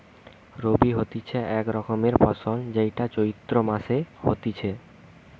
রবি হতিছে এক রকমের ফসল যেইটা চৈত্র মাসে হতিছে